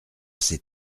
ses